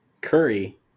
Curry